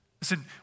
Listen